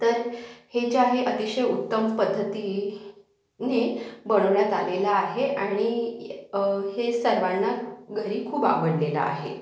तर हे जे आहे अतिशय उत्तम पद्धतीने बनवण्यात आलेलं आहे आणि हे सर्वांना घरी खूप आवडलेलं आहे